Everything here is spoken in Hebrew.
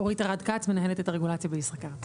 אורית ארד-כץ, מנהלת את הרגולציה בישראכרט.